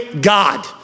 God